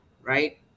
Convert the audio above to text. right